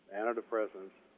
antidepressants